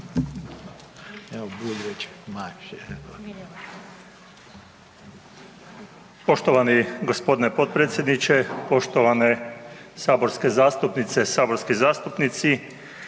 **Jakop, Zdravko** Poštovani g. potpredsjedniče, poštovane saborske zastupnice i saborski zastupnici.